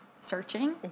searching